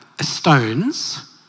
stones